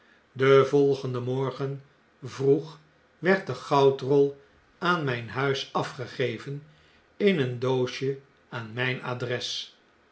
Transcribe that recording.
den volgenden morgen vroeg werd de goudrol aan mjjn huis afgegeven in een doosje aan mp adres